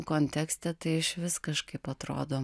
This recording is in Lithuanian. kontekste tai išvis kažkaip atrodo